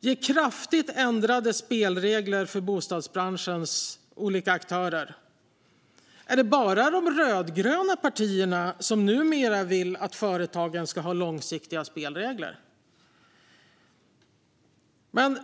ger kraftigt ändrade spelregler för bostadsbranschens olika aktörer. Är det bara de rödgröna partierna som numera vill att företagen ska ha långsiktiga spelregler?